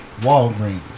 Walgreens